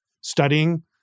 studying